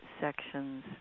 sections